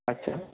আচ্ছা